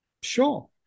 Sure